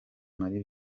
marie